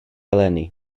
eleni